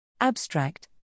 Abstract